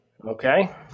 okay